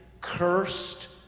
cursed